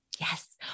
Yes